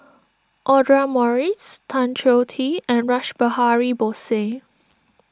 Audra Morrice Tan Choh Tee and Rash Behari Bose